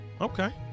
Okay